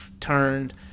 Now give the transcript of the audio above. turned